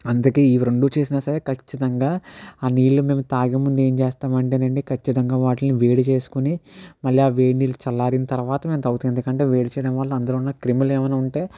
అందుకే ఇవి రెండు చేసినా సరే ఖచ్చితంగా ఆ నీళ్ళు మేము తాగే ముందు ఏం చేస్తామంటే అండి ఖచ్చితంగా వాటిని వేడి చేసుకొని మళ్ళీ ఆ వేడి నీళ్ళు చల్లారిన తరువాత మేము తాగుతాము ఎందుకంటే వేడి చేయడం వల్ల అందులో ఉన్న క్రిములు ఏమైనా ఉంటే